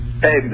Hey